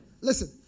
Listen